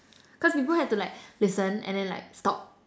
cause people had to like listen and then like stop